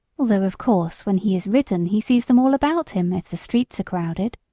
although of course when he is ridden he sees them all about him if the streets are crowded.